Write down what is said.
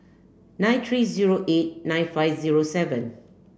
three nine zero eight nine five zero seven